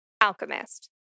alchemist